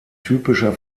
typischer